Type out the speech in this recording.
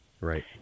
Right